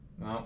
No